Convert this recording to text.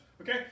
Okay